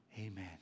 Amen